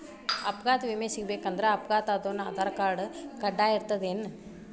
ಅಪಘಾತ್ ವಿಮೆ ಸಿಗ್ಬೇಕಂದ್ರ ಅಪ್ಘಾತಾದೊನ್ ಆಧಾರ್ರ್ಕಾರ್ಡ್ ಕಡ್ಡಾಯಿರ್ತದೇನ್?